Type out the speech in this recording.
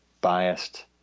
biased